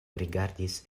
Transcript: rigardis